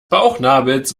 bauchnabels